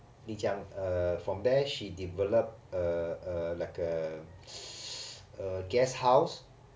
丽江 uh from there she developed a a like a a guesthouse